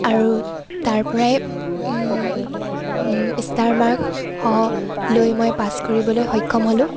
আৰু তাৰপৰাই ষ্টাৰ মাৰ্কসহ লৈ মই পাছ কৰিবলৈ সক্ষম হ'লোঁ